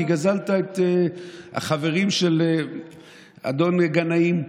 כי גזלת את החברים של אדון גנאים,